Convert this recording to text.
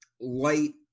light